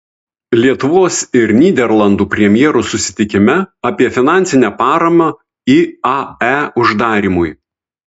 lietuvos ir nyderlandų premjerų susitikime apie finansinę paramą iae uždarymui